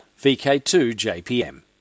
VK2JPM